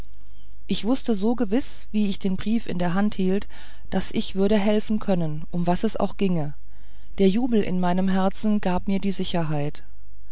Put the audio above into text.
ich wußte so gewiß wie ich den brief in der hand hielt daß ich würde helfen können um was es auch ginge der jubel in meinem herzen gab mir die sicherheit